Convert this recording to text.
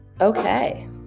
Okay